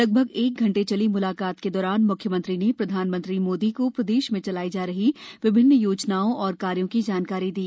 लगभग एक घंटे चली मुलाकात के दौरान मुख्यमंत्री ने प्रधानमंत्री मोदी को प्रदेश में चलाई जा रही विभिन्न योजनाओं एवं कार्यों की जानकारी दी